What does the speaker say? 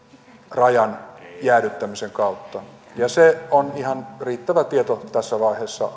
rajan jäädyttämisen kautta ja se on ihan riittävä tieto asiasta tässä vaiheessa